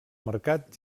mercat